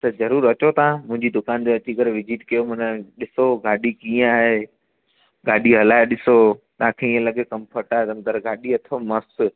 हा त ज़रूरु अचो तव्हां मुंहिंजी दुकान ते अची करे विज़ीट कयो मना ॾिसो गाॾी कीअं आहे गाॾी हलाए ॾिसो तव्हांखे ईअं लॻे कम्फट आहे अंदरु गाॾी अथव मस्तु